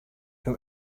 from